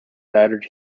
battered